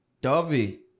Dovey